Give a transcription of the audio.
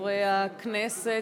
חברי הכנסת,